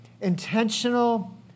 intentional